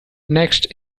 next